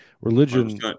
Religion